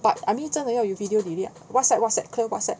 but I mean 真的要 video delete ah WhatsApp WhatsApp clear WhatsApp